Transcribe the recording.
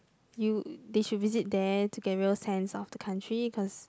you they should visit there to get real sense of the country cause